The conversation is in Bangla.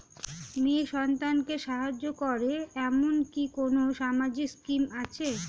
মেয়ে সন্তানকে সাহায্য করে এরকম কি কোনো সামাজিক স্কিম আছে?